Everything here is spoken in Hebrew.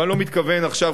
ואני לא מתכוון עכשיו,